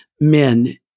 men